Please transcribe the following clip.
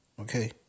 Okay